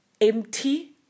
empty